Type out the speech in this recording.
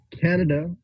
Canada